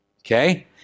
okay